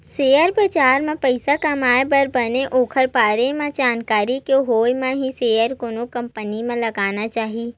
share बजार म पइसा कमाए बर बने ओखर बारे म जानकारी के होय म ही सेयर कोनो कंपनी म लगाना चाही